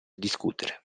discutere